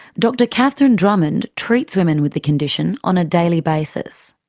dr catherine drummond treats women with the condition on a daily basis.